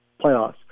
playoffs